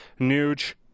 Nuge